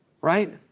right